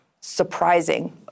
surprising